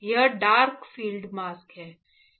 यह dark field mask है